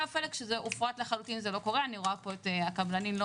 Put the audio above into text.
בקה הנתונים מגיעים מ-80,000 למשפחה ליחידת דיור,